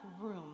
room